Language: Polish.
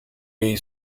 jej